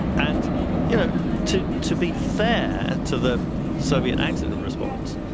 and yeah to to be fair to the soviet accident response,